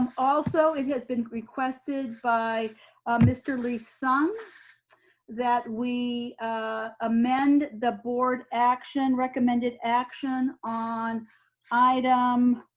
um also, it has been requested by mr. lee-sung that we ah amend the board action, recommended action on item,